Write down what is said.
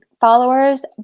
followers